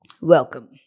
welcome